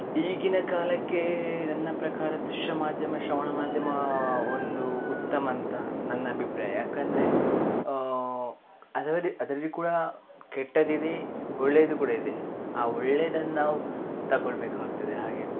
ಈಗಿನ ಕಾಲಕ್ಕೆ ನನ್ನ ಪ್ರಕಾರ ದೃಶ್ಯ ಮಾಧ್ಯಮ ಶ್ರವಣ ಮಾಧ್ಯಮ ಒಂದು ಉತ್ತಮ ಅಂತ ನನ್ನ ಅಭಿಪ್ರಾಯ ಯಾಕೆಂದ್ರೆ ಅದರದಿ ಅದರಲಿ ಕೂಡ ಕೆಟ್ಟದಿದೆ ಒಳ್ಳೇದು ಕೂಡ ಇದೆ ಆ ಒಳ್ಳೆದನ್ನು ನಾವು ತಗೊಳ್ಬೇಕು ಆಗ್ತದೆ ಹಾಗೆ